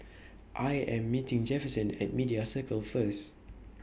I Am meeting Jefferson At Media Circle First